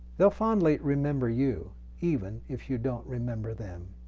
they'll fondly remember you even if you don't remember them.